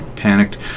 panicked